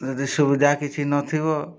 ଯଦି ସୁବିଧା କିଛି ନଥିବ